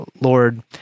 Lord